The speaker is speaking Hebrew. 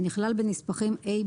שנכלל בנספחים A,